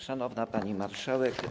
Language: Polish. Szanowna Pani Marszałek!